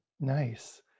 Nice